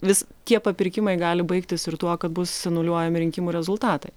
vis tie papirkimai gali baigtis ir tuo kad bus anuliuojami rinkimų rezultatai